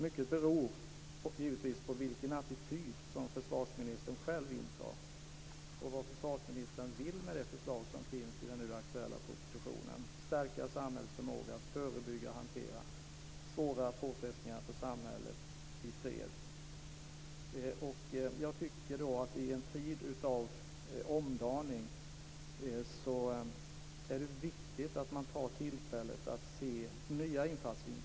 Mycket beror givetvis på vilken attityd som försvarsministern själv intar och på vad försvarsministern vill med det förslag som finns i den nu aktuella propositionen om att stärka samhällets förmåga att förebygga och hantera svåra påfrestningar i fred. I en tid av omdaning är det viktigt att man tar tillfället i akt att se nya infallsvinklar.